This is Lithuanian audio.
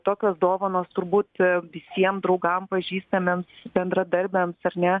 tokios dovanos turbūt visiem draugam pažįstamiems bendradarbiams ar ne